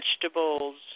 vegetables